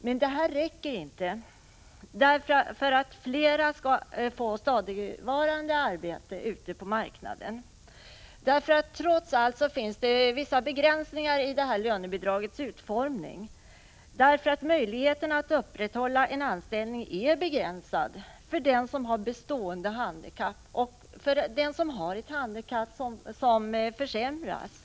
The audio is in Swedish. Men detta räcker inte för att flera skall få stadigvarande arbete ute på marknaden. Trots allt finns det vissa begränsningar i lönebidragets utformning. Möjligheterna att upprätthålla en anställning är begränsade för den som har bestående handikapp och för den som har ett handikapp som försämras.